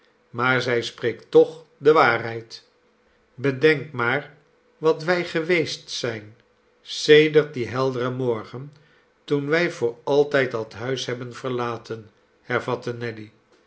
maar zij spreekt toch de waarheid bedenk maar wat wij geweest zijn sedert dien helderen morgen toen wij voor altijd dat huis hebben verlaten hervatte nelly